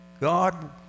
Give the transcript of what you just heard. God